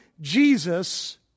Jesus